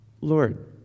Lord